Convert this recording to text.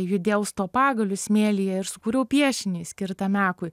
judėjau su tuo pagaliu smėlyje ir sukūriau piešinį skirtą mekui